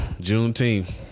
Juneteenth